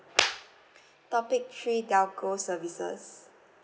topic three telco services